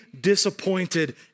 disappointed